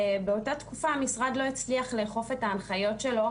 באותה תקופה המשרד לא הצליח לאכוף את ההנחיות שלו,